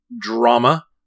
drama